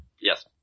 Yes